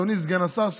אדוני סגן השר,